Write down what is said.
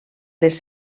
les